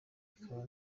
akaba